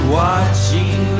watching